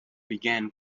began